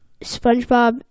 SpongeBob